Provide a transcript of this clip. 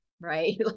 right